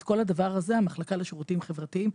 את כל הדבר הזה מתכללת המחלקה לשירותים חברתיים,